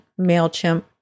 MailChimp